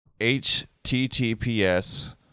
HTTPS